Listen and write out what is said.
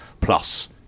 plus